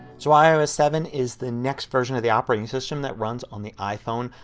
so ios seven is the next version of the operating system that runs on the iphone,